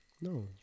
No